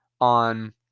on